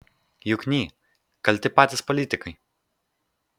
jukny kalti patys politikai